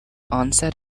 onset